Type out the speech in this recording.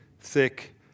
thick